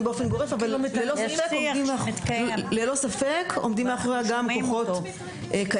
באופן גורף אבל ללא ספק עומדים מאחורי זה גם כוחות כאלה.